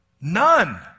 None